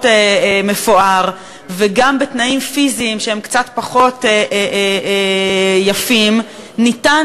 מפואר וגם בתנאים פיזיים שהם קצת פחות יפים ניתן